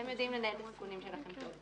אתם יודעים לנהל את הסיכונים שלכם טוב,